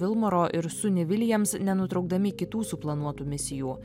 vilmoro ir suni viliams nenutraukdami kitų suplanuotų misijų